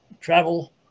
travel